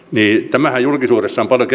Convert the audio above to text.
tämähän on julkisuudessa paljon